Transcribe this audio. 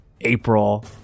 april